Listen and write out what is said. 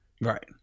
Right